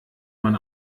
man